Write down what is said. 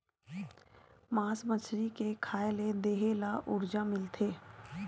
मास मछरी के खाए ले देहे ल उरजा मिलथे